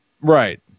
Right